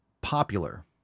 popular